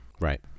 right